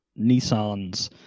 Nissans